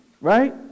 right